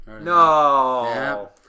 No